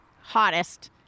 hottest